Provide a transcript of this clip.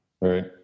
right